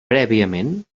prèviament